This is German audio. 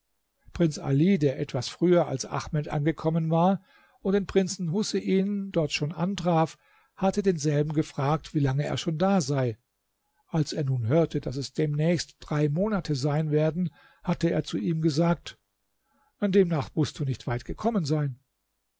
prinz ali der etwas früher als ahmed angekommen war und den prinzen husein dort schon antraf hatte denselben gefragt wie lange er schon da sei als er nun hörte daß es demnächst drei monate sein werden hatte er zu ihm gesagte demnach mußt du nicht weit gekommen sein